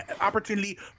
opportunity